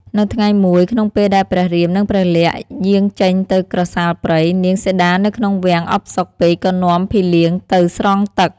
នៅថ្ងៃមួយ ក្នុងពេលដែលព្រះរាមនិងព្រះលក្សណ៍យាងចេញទៅក្រសាលព្រៃ នាង សីតានៅក្នុងវាំងអផ្សុកពេកក៏នាំភីលៀងទៅស្រង់ទឹក។